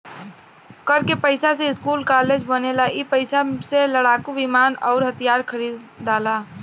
कर के पइसा से स्कूल कालेज बनेला ई पइसा से लड़ाकू विमान अउर हथिआर खरिदाला